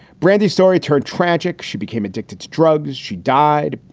brandee story turned tragic. she became addicted to drugs. she died.